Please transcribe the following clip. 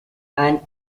and